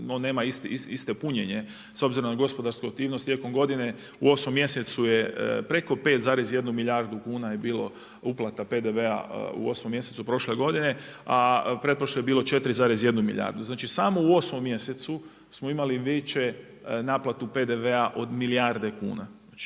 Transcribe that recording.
on nema isto punjenje, s obzirom na gospodarsku aktivnosti tijekom godine u 8. mjesecu je preko 5,1 milijardu kuna je bilo uplata PDV-a u 8. mjesecu prošle godine, a pretprošle je bilo 4,1 milijardu. Znači samo u 8. mjesecu smo imali veću naplatu PDV-a od milijarde kuna. Koliko